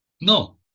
No